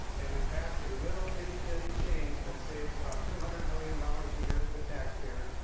and we passed a little itty bitty change that saves about two hundred million dollars a year for the taxpayers,